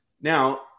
Now